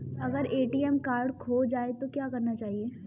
अगर ATM card खो जाए तो क्या करना चाहिए?